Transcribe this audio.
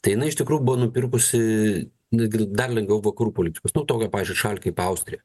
tai na iš tikrųjų buvo nupirkusi netgi dar lengviau vakarų politikos nu tokią pavyzdžiui šalį kaip austrija